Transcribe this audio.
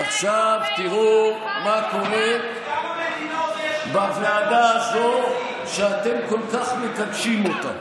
עכשיו תראו מה קורה בוועדה הזאת שאתם כל כך מתעקשים איתה.